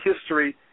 history